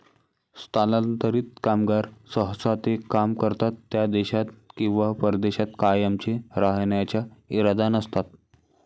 स्थलांतरित कामगार सहसा ते काम करतात त्या देशात किंवा प्रदेशात कायमचे राहण्याचा इरादा नसतात